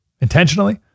intentionally